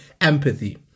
empathy